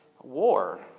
war